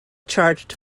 charged